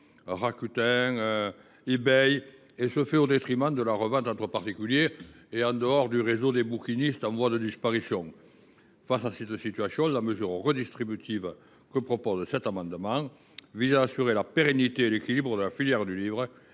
Rakuten, eBay – se fait au détriment de la revente entre particuliers et du réseau des bouquinistes, en voie de disparition. Face à cette situation, la mesure redistributive que tend à proposer cet amendement vise à assurer la pérennité et l’équilibre de la filière du livre.